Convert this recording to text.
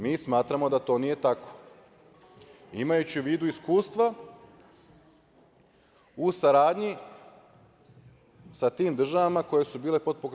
Mi smatramo da to nije tako, imajući u vidu iskustva u saradnji sa tim državama koje su bile pod